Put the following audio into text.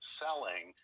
selling